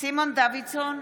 סימון דוידסון,